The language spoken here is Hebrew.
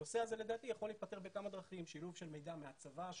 הנושא הזה לדעתי יכול להיפתר בכמה דרכים: שילוב של מידע מהצבא,